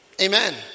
Amen